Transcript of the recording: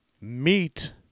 meat